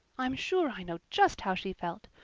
i'm sure i know just how she felt.